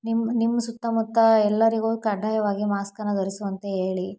ನಿಮ್ಮ ನಿಮ್ಮ ಸುತ್ತಮುತ್ತ ಎಲ್ಲರಿಗೂ ಕಡ್ಡಾಯವಾಗಿ ಮಾಸ್ಕನ್ನು ಧರಿಸುವಂತೆ ಹೇಳಿ